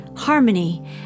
harmony